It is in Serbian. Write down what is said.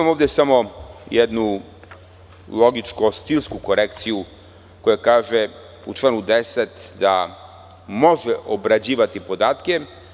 Imam ovde samo jednu logičko-stilsku korekciju, koja kaže u članu 10. - da može obrađivati podatke.